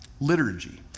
liturgy